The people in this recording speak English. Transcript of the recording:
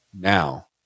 Now